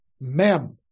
mem